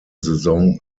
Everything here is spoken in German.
saison